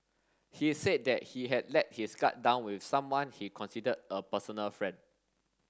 he said that he had let his guard down with someone he considered a personal friend